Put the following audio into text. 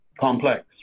complex